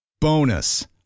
Bonus